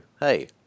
hey